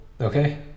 Okay